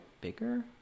bigger